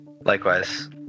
Likewise